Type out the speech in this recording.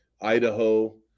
Idaho